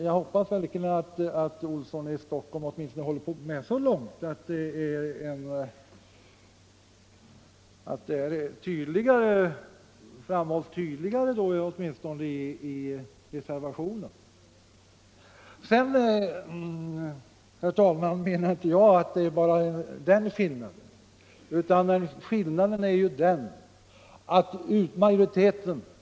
Jag hoppas att han åtminstone håller med mig om att syftningen är tydligare i reservationen. Men jag menar att det inte är den enda skillnaden.